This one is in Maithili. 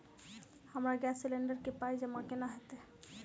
हमरा गैस सिलेंडर केँ पाई जमा केना हएत?